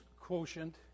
quotient